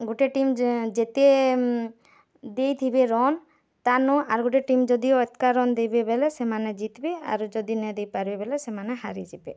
ଗୋଟେ ଟିମ୍ ଯେତେ ଦେଇଥିବେ ରନ୍ ତାନୁ ଆର୍ ଗୋଟେ ଟିମ୍ ଯଦି ଅଧ୍କା ରନ୍ ଦେବେ ବେଲେ ସେମାନେ ଜିତବେ ଆରୁ ଯଦି ନାଇ ଦେଇପାରିବେ ବୋଲେ ସେମାନେ ହାରିଯିବେ